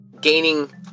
gaining